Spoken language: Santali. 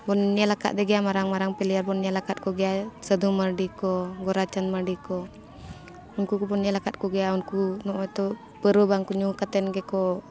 ᱵᱚᱱ ᱧᱮᱞ ᱟᱠᱟᱫᱮ ᱜᱮᱭᱟ ᱢᱟᱨᱟᱝ ᱢᱟᱨᱟᱝ ᱯᱞᱮᱭᱟᱨ ᱵᱚᱱ ᱧᱮᱞᱟᱠᱟᱫ ᱠᱚᱜᱮᱭᱟ ᱥᱟᱹᱫᱷᱩ ᱢᱟᱨᱰᱤ ᱠᱚ ᱜᱳᱨᱟᱪᱟᱸᱫᱽ ᱢᱟᱨᱰᱤ ᱠᱚ ᱩᱱᱠᱩ ᱠᱚᱵᱚᱱ ᱧᱮᱞᱟᱠᱟᱫ ᱠᱚᱜᱮᱭᱟ ᱩᱱᱠᱩ ᱱᱚᱜ ᱚᱭ ᱛᱚ ᱯᱟᱹᱣᱨᱟᱹ ᱵᱟᱝ ᱠᱚ ᱧᱩ ᱠᱟᱛᱮᱱ ᱜᱮᱠᱚ